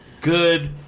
good